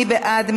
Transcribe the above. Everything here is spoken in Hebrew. מי בעד?